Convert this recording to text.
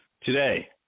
today